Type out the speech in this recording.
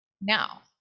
Now